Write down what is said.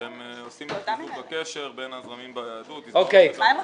שהם עושים את חיזוק הקשר בין הזרמים ביהדות --- מה הם עושים?